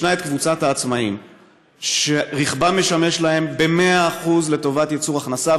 ישנה קבוצת העצמאים שרכבם משמש להם ב-100% לייצור הכנסה,